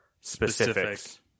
specifics